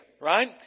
right